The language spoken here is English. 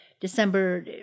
December